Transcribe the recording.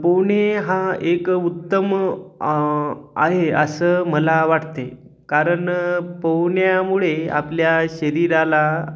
पोहणे हा एक उत्तम आहे असं मला वाटते कारण पोहण्यामुळे आपल्या शरीराला